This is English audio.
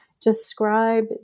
describe